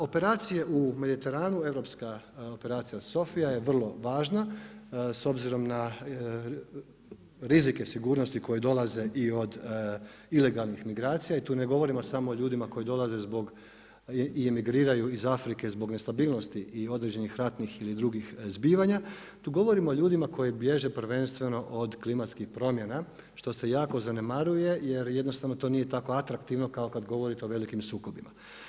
Operacije u Mediteranu, europska Operacija SOPHIA je vrlo važna s obzirom na rizike sigurnosti koji dolaze i od ilegalnih migracija i tu ne govorimo samo o ljudima koji dolaze zbog, imigriraju iz Afrike nestabilnosti i određenih ratnih ili drugih ili dr. zbivanja, tu govorimo o ljudima koji bježe prvenstveno od klimatskih promjena što se jako zanemaruje, jer jednostavno to nije tako atraktivno kao govorite o velikim sukobima.